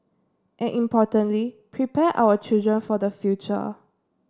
and importantly prepare our children for the future